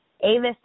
Avis